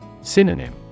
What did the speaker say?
Synonym